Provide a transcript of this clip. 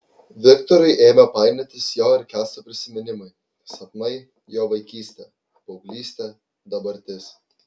viktorui ėmė painiotis jo ir kęsto prisiminimai sapnai jo vaikystė paauglystė dabartis